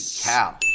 cow